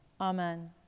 amen